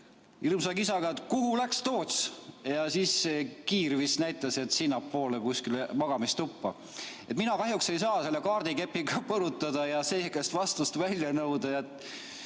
hirmsa kisaga: "Kuhu läks Toots?" Ja Kiir vist näitas, et sinnapoole, kuskile magamistuppa. Mina kahjuks ei saa selle kaardikepiga põrutada ja teie käest vastust välja nõuda,